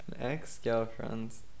ex-girlfriend's